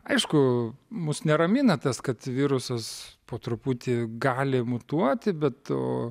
aišku mus neramina tas kad virusas po truputį gali mutuoti be to